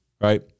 right